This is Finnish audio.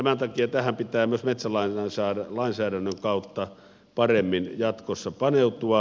tämän takia tähän pitää myös metsälainsäädännön kautta paremmin jatkossa paneutua